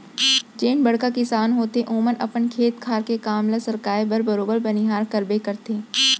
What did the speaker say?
जेन बड़का किसान होथे ओमन अपन खेत खार के काम ल सरकाय बर बरोबर बनिहार करबे करथे